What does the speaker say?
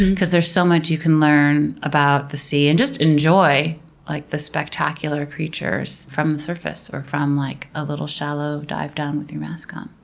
because there's so much you can learn about the sea and just enjoy like the spectacular creatures from the surface or from like ah a shallow dive down with your mask on.